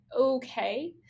okay